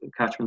catchments